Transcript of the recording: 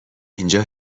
اینجا